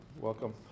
welcome